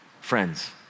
Friends